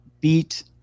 beat